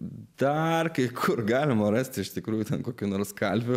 dar kai kur galima rasti iš tikrųjų ten kokių nors kalvių